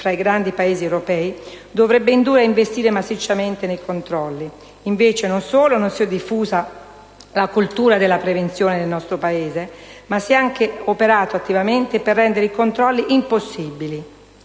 fra i grandi Paesi europei, dovrebbe indurre a investire massicciamente nei controlli. Invece, non solo non si è diffusa la cultura della prevenzione nel nostro Paese, ma si è anche operato attivamente per rendere i controlli impossibili.